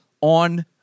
on